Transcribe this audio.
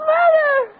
Mother